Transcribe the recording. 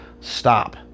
Stop